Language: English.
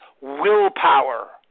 willpower